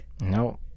No